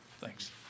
Thanks